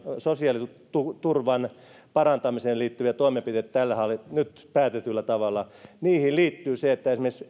sosiaaliturvan parantamiseen liittyviä toimenpiteitä nyt päätetyllä tavalla niihin liittyy se että esimerkiksi